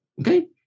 okay